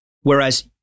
whereas